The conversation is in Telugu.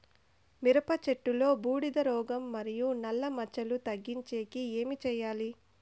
మిరప చెట్టులో బూడిద రోగం మరియు నల్ల మచ్చలు తగ్గించేకి ఏమి చేయాలి?